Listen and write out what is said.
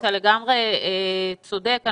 אתה לגמרי צודק.